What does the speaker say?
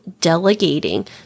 delegating